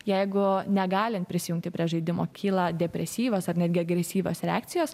jeigu negalite prisijungti prie žaidimo kyla depresyvios ar netgi agresyvios reakcijos